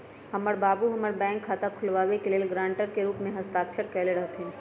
हमर बाबू हमर बैंक खता खुलाबे के लेल गरांटर के रूप में हस्ताक्षर कयले रहथिन